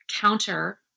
counter